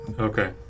okay